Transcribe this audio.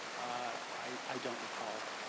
i don't recall.